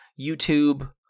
YouTube